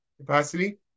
capacity